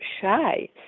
shy